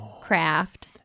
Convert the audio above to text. craft